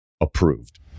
approved